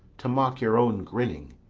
to mock your own grinning?